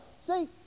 See